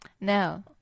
No